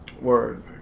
Word